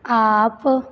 ਆਪ